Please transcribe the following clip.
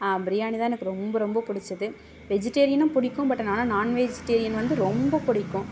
பிரியாணிதான் எனக்கு ரொம்ப ரொம்பப் பிடிச்சது வெஜிடேரியனும் பிடிக்கும் பட் ஆனால் நான் வெஜ்டேரியன் வந்து ரொம்ப பிடிக்கும்